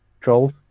trolls